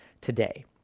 today